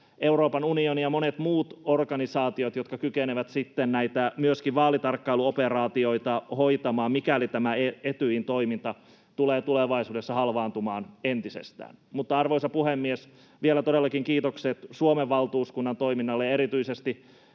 Euroopan unioni ja monet muut organisaatiot, jotka kykenevät myöskin näitä vaalitarkkailuoperaatioita hoitamaan, mikäli tämä Etyjin toiminta tulee tulevaisuudessa halvaantumaan entisestään. Mutta, arvoisa puhemies, vielä todellakin kiitokset Suomen valtuuskunnan toiminnalle, ja erityisesti